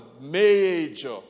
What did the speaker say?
major